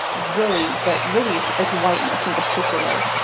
really, but really it's it's whiteness in particular,